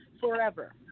forever